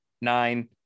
nine